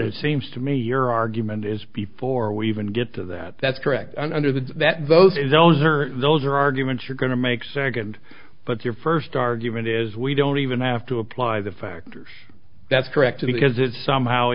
it seems to me your argument is before we even get to that that's correct under the that those always are those are arguments you're going to make second but your first argument is we don't even have to apply the factors that's correct because it's somehow